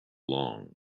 long